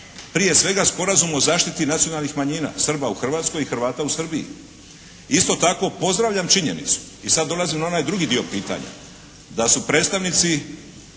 Prije svega sporazum o zaštiti nacionalnih manjina, Srba u Hrvatskoj i Hrvata u Srbiji. Isto tako pozdravljam činjenicu, i sad dolazim na onaj drugi dio pitanja, da su predstavnici